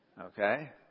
Okay